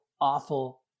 awful